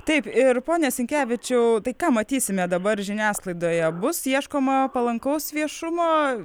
taip ir pone sinkevičiau tai ką matysime dabar žiniasklaidoje bus ieškoma palankaus viešumo